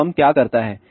तो बम क्या करता है